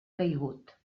caigut